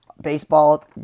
Baseball